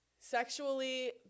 sexually